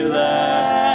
last